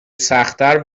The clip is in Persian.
سختتر